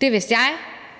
Det vidste jeg,